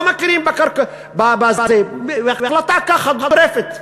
לא מכירים בזה החלטה ככה גורפת,